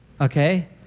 Okay